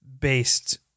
based